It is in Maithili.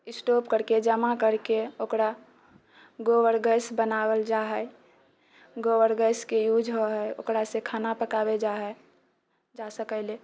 स्टॉक करिकऽ जमा करिकऽ ओकरा गोबर गैस बनावल जाहइ गोबर गैसके यूज होइहइ ओकरा ओकरासँ खाना पकावल जाइहइ जऽ सकैलए